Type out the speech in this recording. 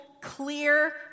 clear